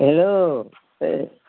hello এই